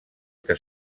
que